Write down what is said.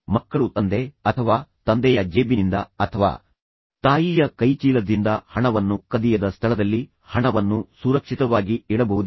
ಮಕ್ಕಳು ತಂದೆ ಅಥವಾ ತಂದೆಯ ಜೇಬಿನಿಂದ ಅಥವಾ ತಾಯಿಯ ಕೈಚೀಲದಿಂದ ಹಣವನ್ನು ಕದಿಯದ ಸ್ಥಳದಲ್ಲಿ ಹಣವನ್ನು ಸುರಕ್ಷಿತವಾಗಿ ಇಡಬಹುದೇ